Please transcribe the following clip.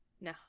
No